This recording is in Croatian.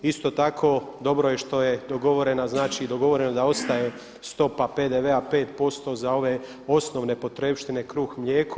Isto tako dobro je što je dogovorena, znači dogovoreno je da ostaje stopa PDV-a 5% za ove osnovne potrepštine kruh, mlijeko.